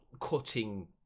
cutting